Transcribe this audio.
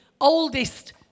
oldest